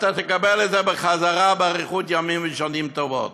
אתה תקבל את זה בחזרה באריכות ימים ושנים טובות.